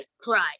cry